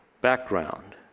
background